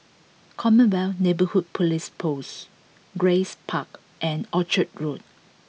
Commonwealth Neighbourhood Police Post Grace Park and Orchard Road